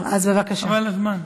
חבל על הזמן.